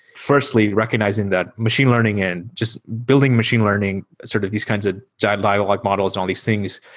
firstly, recognizing that machine learning and just building machine learning, sort of these kinds of dialogue models and all these things,